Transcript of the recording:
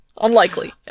unlikely